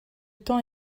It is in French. temps